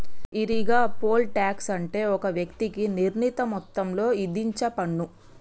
ఈరిగా, poll tax అంటే ఒక వ్యక్తికి నిర్ణీత మొత్తంలో ఇధించేపన్ను